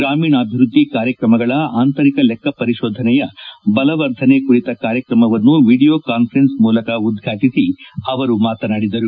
ಗ್ರಾಮೀಣಾಭಿವೃದ್ದಿ ಕಾರ್ಯಕ್ರಮಗಳ ಆಂತರಿಕ ಲೆಕ್ಕಪರಿಶೋಧನೆಯ ಬಲವರ್ಧನೆ ಕುರಿತ ಕಾರ್ಯಕ್ರಮವನ್ನು ವಿಡಿಯೋ ಕಾನ್ವರೆನ್ಸ್ ಮೂಲಕ ಉದ್ಪಾಟಿಸಿ ಅವರು ಮಾತನಾಡಿದರು